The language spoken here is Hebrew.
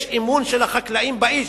יש אמון של החקלאים באיש,